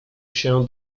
się